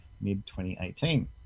mid-2018